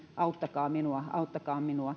auttakaa minua auttakaa minua